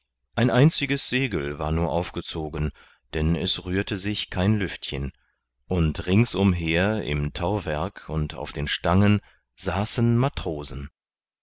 ein einziges segel war nur aufgezogen denn es rührte sich kein lüftchen und ringsumher im tauwerk und auf den stangen saßen matrosen